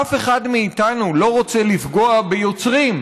אף אחד מאיתנו לא רוצה לפגוע ביוצרים.